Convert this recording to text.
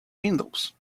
windows